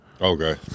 Okay